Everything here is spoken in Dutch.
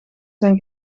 zijn